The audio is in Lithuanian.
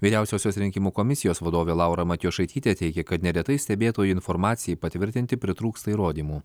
vyriausiosios rinkimų komisijos vadovė laura matjošaitytė teigia kad neretai stebėtojų informacijai patvirtinti pritrūksta įrodymų